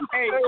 Hey